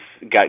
got